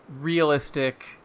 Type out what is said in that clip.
realistic